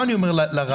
למה אני אומר לרעיון?